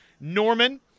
Norman